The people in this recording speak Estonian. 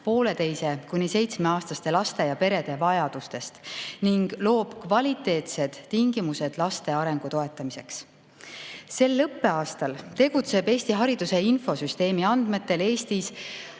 pooleteise‑ kuni seitsmeaastaste laste ja nende perede vajadustest ning loob kvaliteetsed tingimused laste arengu toetamiseks. Sel õppeaastal tegutseb Eesti hariduse infosüsteemi andmetel Eestis